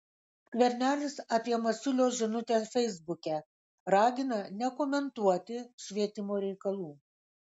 skvernelis apie masiulio žinutę feisbuke ragina nekomentuoti švietimo reikalų